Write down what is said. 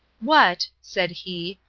what, said he,